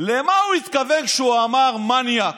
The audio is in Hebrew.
למה הוא התכוון כשהוא אמר "מניאק".